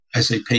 SAP